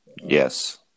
Yes